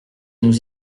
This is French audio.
nous